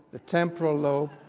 the temporal lobe,